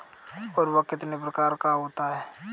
उर्वरक कितने प्रकार का होता है?